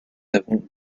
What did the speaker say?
avons